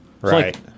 Right